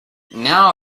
now